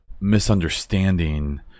misunderstanding